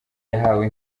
yahawe